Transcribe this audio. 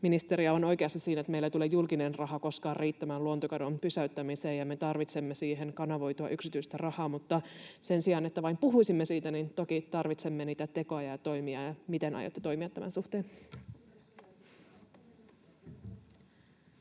Ministeri on oikeassa siinä, että meillä ei tule julkinen raha koskaan riittämään luontokadon pysäyttämiseen ja me tarvitsemme siihen kanavoitua yksityistä rahaa, mutta sen sijaan, että vain puhuisimme siitä, niin toki tarvitsemme niitä tekoja ja toimia. Miten aiotte toimia tämän suhteen?